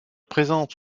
présente